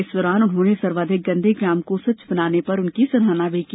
इस दौरान उन्होंने सर्वाधिक गंदे ग्राम को स्वच्छ बनाने पर उनकी सराहना भी की